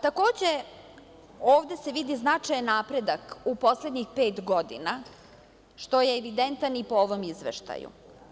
Takođe, ovde se vidi značajan napredak u poslednjih pet godina, što je evidentno i po ovom izveštaju.